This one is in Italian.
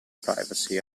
privacy